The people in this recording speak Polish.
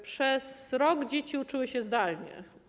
Przez rok dzieci uczyły się zdalnie.